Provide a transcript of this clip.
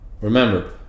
Remember